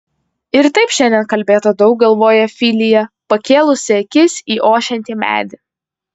ir taip šiandien kalbėta daug galvojo filija pakėlusi akis į ošiantį medį